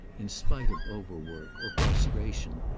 in spite of overwork, or prostration,